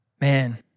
man